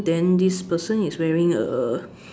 then this person is wearing a